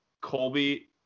Colby